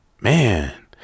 man